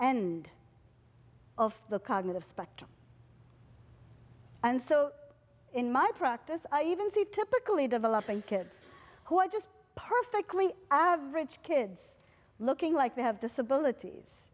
end of the cognitive spectrum and so in my practice i even see typically developing kids who are just perfectly average kids looking like they have disabilities